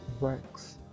works